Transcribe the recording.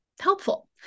helpful